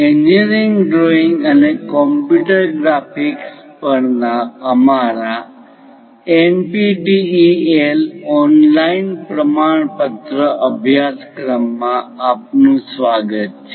engineering drawing અને computer graphics પરના અમારા એનપીટીઈએલ ઓનલાઇન પ્રમાણપત્ર અભ્યાસક્રમ માં આપનું સ્વાગત છે